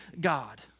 God